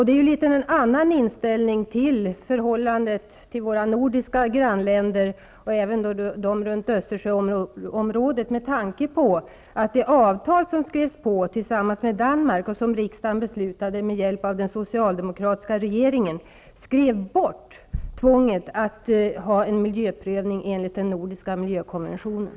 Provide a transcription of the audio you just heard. Det är en något annorlunda inställning när det gäller förhållandet till våra nordiska grannländer och även till länderna i Östersjöområdet, med tanke på att man i det avtal som skrevs på tillsammans med Danmark och som riksdagen beslutade om under den socialdemokratsika regeringen skrev bort tvånget att genomföra en miljöprövning enligt den nordiska konventionen.